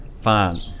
Fine